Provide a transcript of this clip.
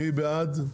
מי בעד?